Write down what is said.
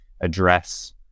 address